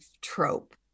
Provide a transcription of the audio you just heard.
trope